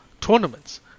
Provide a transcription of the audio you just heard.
tournaments